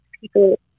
people